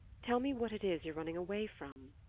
tell me what it is you're running away from,